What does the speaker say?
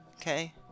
Okay